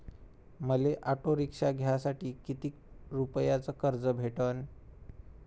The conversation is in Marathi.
मले ऑटो रिक्षा घ्यासाठी कितीक रुपयाच कर्ज भेटनं?